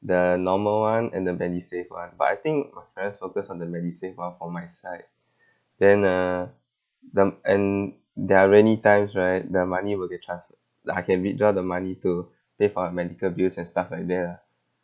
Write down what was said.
the normal one and the medisave one but I think my parents focus on the medisave one for my side then uh them and there are rainy times right the money will get transferred like I can withdraw the money to pay for my medical bills and stuff like that ah